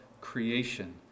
creation